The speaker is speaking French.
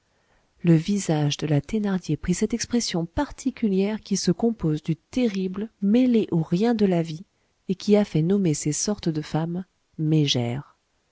le visage de la thénardier prit cette expression particulière qui se compose du terrible mêlé aux riens de la vie et qui a fait nommer ces sortes de femmes mégères